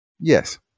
Yes